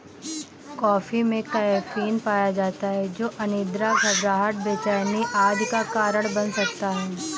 coffee में caffeine पाया जाता है जो अनिद्रा, घबराहट, बेचैनी आदि का कारण बन सकता है